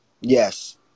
Yes